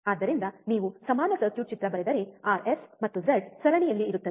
ಆದ್ದರಿಂದನೀವು ಸಮಾನ ಸರ್ಕ್ಯೂಟ್ ಚಿತ್ರ ಬರೆದರೆ ಆರ್ಎಸ್ ಮತ್ತು ಝಡ್ ಸರಣಿಯಲ್ಲಿ ಇರುತ್ತದೆ